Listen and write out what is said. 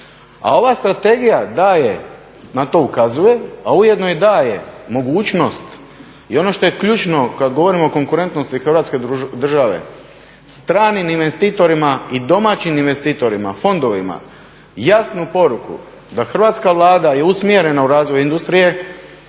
A ova strategija daje, na to ukazuje a ujedno i daje mogućnost, i ono što je ključno kad govorimo o konkurentnosti Hrvatske države, stranim investitorima i domaćim investitorima, fondovima jasnu poruku da Hrvatska vlada je usmjerena u razvoj industrije,